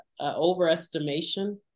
overestimation